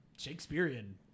Shakespearean